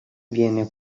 viene